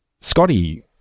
Scotty